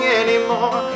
anymore